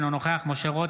אינו נוכח משה רוט,